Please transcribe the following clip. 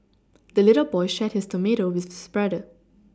the little boy shared his tomato with his brother